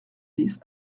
dix